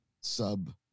sub